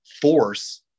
force